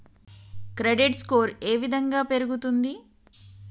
Credit score ఏ విధంగా పెరుగుతుంది?